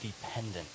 dependent